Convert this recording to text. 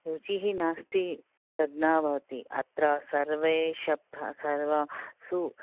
रुचिः नास्ति तत् न भवति अत्र सर्वे शब्द सर्वासु